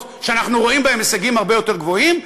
שאנחנו רואים בהן הישגים הרבה יותר גבוהים,